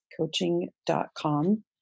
coaching.com